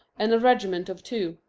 and a regiment of two.